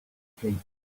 street